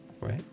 Right